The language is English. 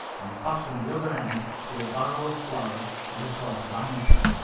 and fastened the other end to a barrel of flour as a sort of anchor.